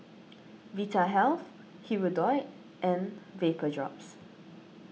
Vitahealth Hirudoid and Vapodrops